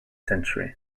century